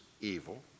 evil